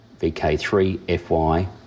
VK3FY